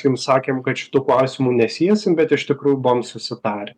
jum sakėm kad šitų klausimų nesiesim bet iš tikrųjų buvom susitarę